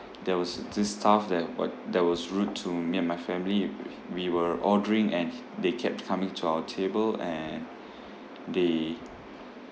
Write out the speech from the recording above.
there was this staff that wa~ that was rude to me and my family w~ we were ordering and they kept coming to our table and they